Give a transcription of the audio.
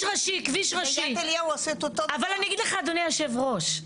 אבל אני אגיד לך, אדוני היושב ראש,